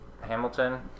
Hamilton